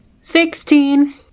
Sixteen